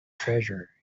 treasure